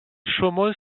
chaumont